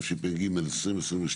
התשפ"ג-2022,